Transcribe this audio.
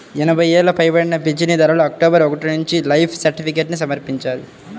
ఎనభై ఏళ్లు పైబడిన పింఛనుదారులు అక్టోబరు ఒకటి నుంచి లైఫ్ సర్టిఫికేట్ను సమర్పించాలి